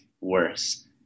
worse